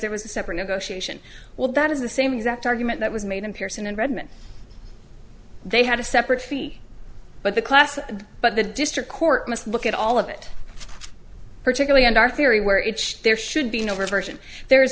there was a separate negotiation well that is the same exact argument that was made in pierson in redmond they had a separate fee but the class but the district court must look at all of it particularly and our theory where it there should be no version there